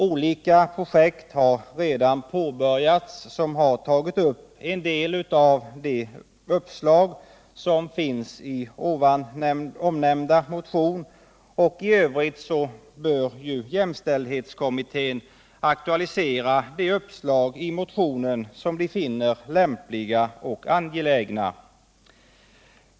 Olika projekt har redan påbörjats, där man tagit upp en del av de uppslag som finns omnämnda i motionen, och i övrigt bör jämställdhetskommittén aktualisera de uppslag i motionen som den finner lämpliga och angelägna.